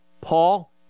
Paul